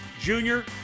Junior